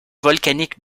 volcanique